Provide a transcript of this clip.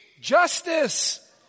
Justice